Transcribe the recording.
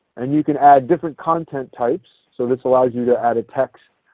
and you can add different content types. so this allows you to add text,